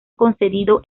concedido